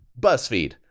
Buzzfeed